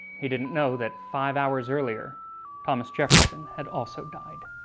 he didn't know that five hours earlier thomas jefferson had also died.